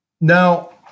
Now